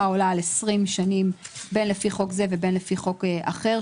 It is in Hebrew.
העולה על עשרים שנים בין לפי חוק זה ובין לפי חוק אחר,